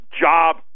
job